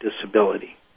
disability